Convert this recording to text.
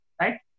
right